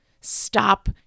Stop